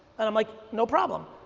and i'm like, no problem.